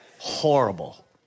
Horrible